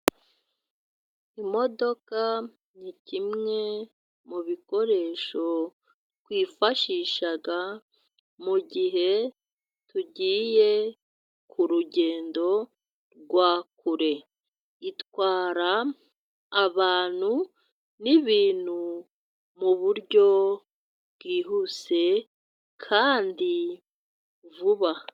Imodoka ni kimwe mu bikoresho twifashisha mu gihe tugiye ku rugendo rwa kure. Itwara abantu n'ibintu mu buryo bwihuse kandi vuba.